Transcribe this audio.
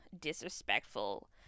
disrespectful